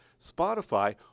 Spotify